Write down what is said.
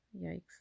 Yikes